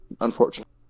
unfortunately